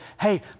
hey